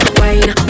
wine